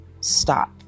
stop